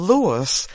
Lewis